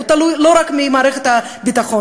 תלוי לא רק במערכת הביטחון,